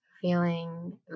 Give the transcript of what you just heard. Feeling